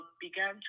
began